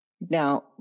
Now